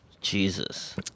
Jesus